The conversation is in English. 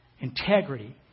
Integrity